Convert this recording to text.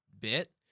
bit